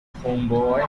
homeboy